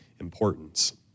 importance